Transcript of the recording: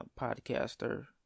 podcaster